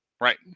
right